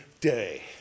day